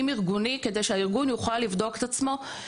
ארגוני כדי שהארגון יוכל לבדוק את עצמו.